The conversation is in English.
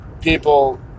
people